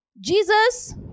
Jesus